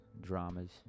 dramas